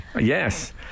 Yes